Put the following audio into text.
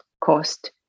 cost